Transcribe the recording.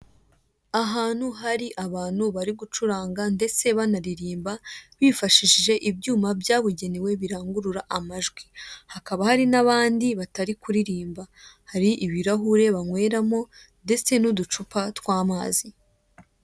Ahantu hari abantu bari gucuranga ndetse banaririmba bifashishije ibyuma byabugenewe birangurura amajwi. Hakaba hari n'abandi batari kuririmba, hari ibirahure banyweramo, ndetse n'uducupa tw'amazi.